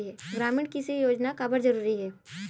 ग्रामीण कृषि योजना काबर जरूरी हे?